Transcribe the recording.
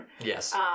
Yes